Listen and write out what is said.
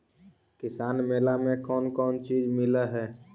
किसान मेला मे कोन कोन चिज मिलै है?